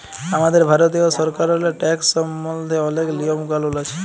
আমাদের ভারতীয় সরকারেল্লে ট্যাকস সম্বল্ধে অলেক লিয়ম কালুল আছে